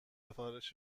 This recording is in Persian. سفارش